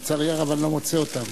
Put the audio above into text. אבל לצערי הרב אני לא מוצא אותם.